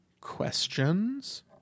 questions